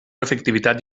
efectivitat